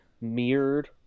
mirrored